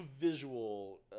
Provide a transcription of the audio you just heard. visual